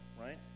Right